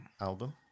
album